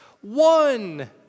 one